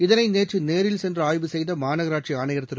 இதனை நேற்று நேரில் சென்று ஆய்வு செய்த மாநகராட்சி ஆணையா் திரு